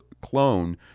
clone